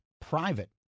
private